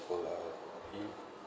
lah